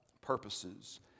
purposes